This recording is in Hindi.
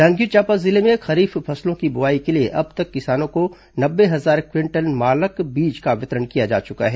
जांजगीर चांपा जिले में खरीफ फसलों की बोआई के लिए अब तक किसानों को नब्बे हजार क्विंटल मानक बीज का वितरण किया जा चुका है